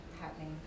happening